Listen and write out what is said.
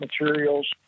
materials